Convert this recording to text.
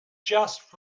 just